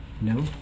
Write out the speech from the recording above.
No